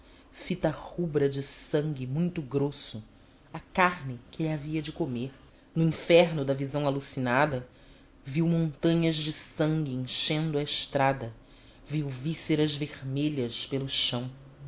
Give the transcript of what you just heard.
fita rubra de sangue muito grosso a carne que ele havia de comer no inferno da visão alucianada viu montanhas de sangue enchendo a estrada viu vísceras vermelhas pelo chão